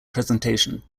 presentation